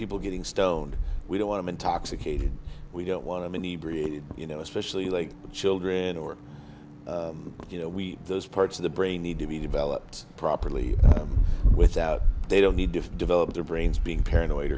people getting stoned we don't want to intoxicated we don't want to be breathing you know especially like children or you know we those parts of the brain need to be developed properly without they don't need to develop their brains being paranoid